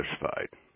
satisfied